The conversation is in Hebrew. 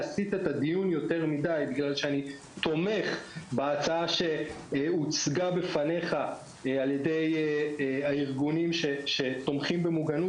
אני תומך בהצעה שהוצגה בפניך על ידי ארגוני עידוד המוגנות.